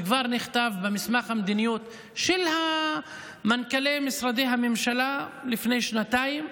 וכבר נכתב מסמך מדיניות של מנכ"לי משרדי הממשלה לפני שנתיים,